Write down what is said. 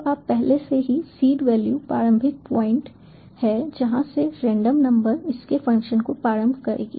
तो आप पहले से ही सीड वैल्यू प्रारंभिक पॉइंट है जहां से रेंडम नंबर इसके फ़ंक्शन को प्रारंभ करेगी